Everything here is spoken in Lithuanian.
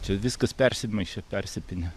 čia viskas persimaišę persipynę